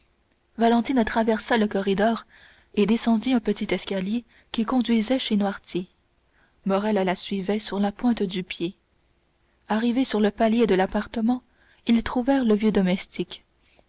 valentine traversa le corridor et descendit un petit escalier qui conduisait chez noirtier morrel la suivait sur la pointe du pied arrivés sur le palier de l'appartement ils trouvèrent le vieux domestique